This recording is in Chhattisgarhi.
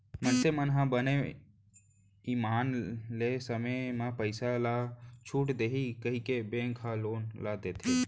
मइनसे मन ह बने ईमान ले समे म पइसा ल छूट देही कहिके बेंक ह लोन ल देथे